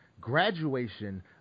graduation